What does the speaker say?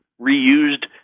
reused